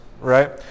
right